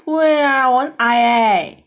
不会啊我很矮 leh